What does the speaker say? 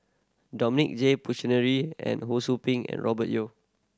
Dominic J Puthucheary and Ho Sou Ping and Robert Yeo